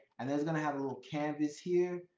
and then it's going to have a little canvas here,